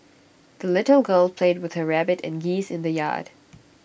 the little girl played with her rabbit and geese in the yard